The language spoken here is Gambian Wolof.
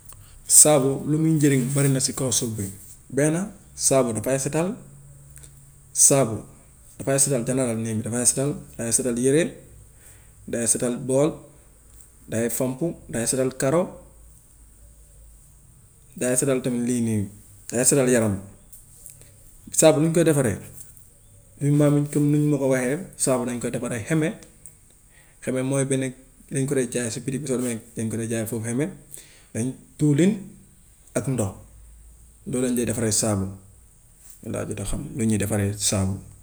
Saabu lu muy njëriñ bëri na si kaw suuf bi. Benn saabu dafay setal, saabu dafay setal general nii dafay setal, day setal yére, day setal bool, day fomp, day setal karo, day setal tamit lii nii, day setal yaram. Saabu luñ koy defaree, suñ maam yi comme ni ñu ñu ko waxee saabu dañu koy defaree xeme, xeme mooy benn dañ ko dee jaay si bitik soo demee dañ ko dee jaay foofu xeme, dañ diwlin ak ndox loolu lañ dee defaree saabu, laa jot a xam nu ñuy defaree saabu.